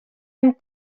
amb